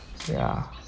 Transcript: ya